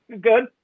Good